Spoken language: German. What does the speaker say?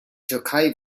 türkei